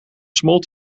smolt